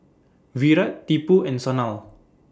Virat Tipu and Sanal